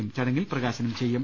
യും ചടങ്ങിൽ പ്രകാശനം ചെയ്യും